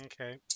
Okay